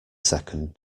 second